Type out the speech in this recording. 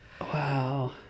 Wow